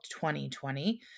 2020